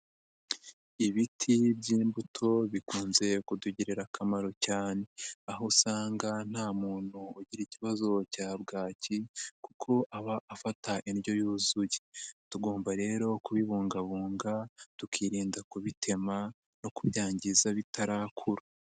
Ibiti by'imbuto bikunze kutugirira akamaro cyane aho usanga nta muntu ugira ikibazo cya bwaki kuko aba afata indyo yuzuye tugomba rero kubibungabunga tukirinda kubitema no kubyangiza bitarakura.